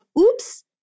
oops